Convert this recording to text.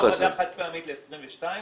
הייתה הורדה חד פעמית ל-22,